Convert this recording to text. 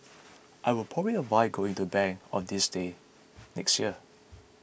I will probably avoid going to bank on this day next year